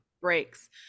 breaks